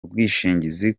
ubwishingizi